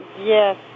Yes